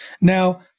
Now